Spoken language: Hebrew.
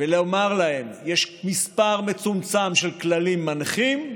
ולומר להם: יש מספר מצומצם של כללים מנחים,